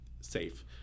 safe